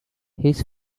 his